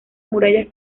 murallas